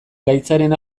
gaitzaren